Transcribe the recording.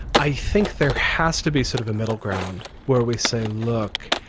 i think there has to be sort of a middle ground where we say, look,